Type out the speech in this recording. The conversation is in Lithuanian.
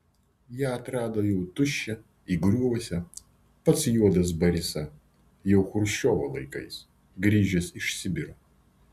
ją atrado jau tuščią įgriuvusią pats juozas barisa jau chruščiovo laikais grįžęs iš sibiro